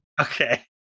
Okay